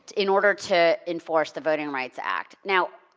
in order to enforce the voting rights act. now,